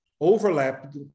overlap